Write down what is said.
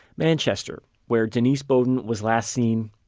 manchester, where denise beaudin was last seen,